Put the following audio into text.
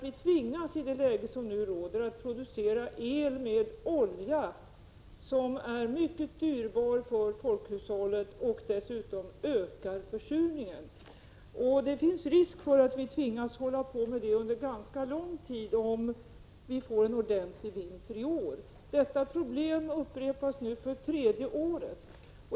Vi tvingas nu att producera el med olja, vilket är mycket dyrbart för folkhushållet och dessutom ökar försurningen. Det finns risk för att vi tvingas hålla på med det under ganska lång tid om vi får en ordentlig vinter i år. Detta problem upprepas nu för tredje året.